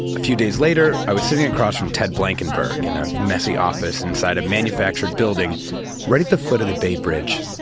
a few days later, i was sitting across from ted blanckenburg in a messy office inside a manufactured building right at the foot of the bay bridge.